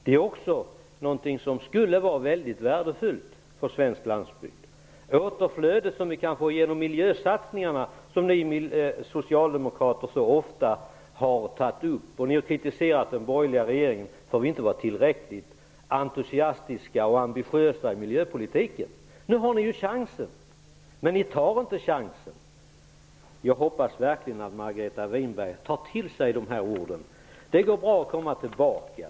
Det är något som skulle vara mycket värdefullt för svensk landsbygd. Det återflöde som vi kan få genom miljösatsningar har ni socialdemokrater ofta talat om. Ni har kritiserat den borgerliga regeringen för att den inte var tillräckligt entusiastisk och ambitiös i miljöpolitiken. Nu har ni chansen, men ni tar den inte. Jag hoppas verkligen att Margareta Winberg tar till sig dessa ord. Det går bra att återkomma.